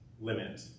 limit